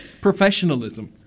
Professionalism